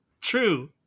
True